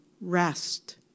Rest